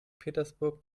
petersburg